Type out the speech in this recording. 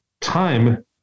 time